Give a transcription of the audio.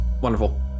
wonderful